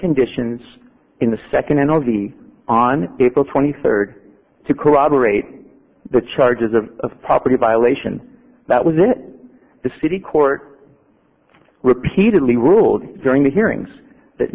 conditions in the second and on april twenty third to corroborate the charges of of property violations that was in the city court repeatedly ruled during the hearings that